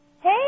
Hey